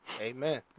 Amen